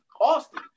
Austin